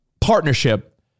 partnership